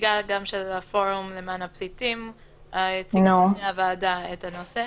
נציגת הפורום למען הפליטים הציגה בפני הוועדה את הנושא.